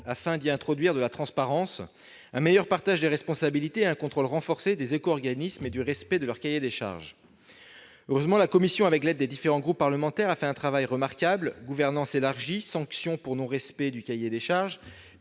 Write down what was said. afin d'y introduire de la transparence, un meilleur partage des responsabilités et un contrôle renforcé des éco-organismes et du respect de leur cahier des charges. Heureusement, la commission, avec l'aide des différents groupes politiques, a accompli un travail remarquable : gouvernance élargie, sanctions pour non-respect du cahier des charges,